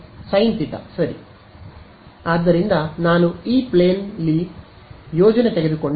sign θ ಸರಿ ಆದ್ದರಿಂದ ನಾನು ಇ ಪ್ಲೇನ್ ಲಿ ಯೋಜನೆ ತೆಗೆದುಕೊಂಡರೆ